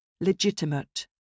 Legitimate